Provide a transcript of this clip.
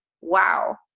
wow